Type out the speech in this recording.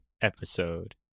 episode